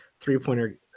three-pointer